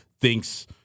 thinks—